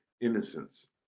innocence